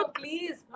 please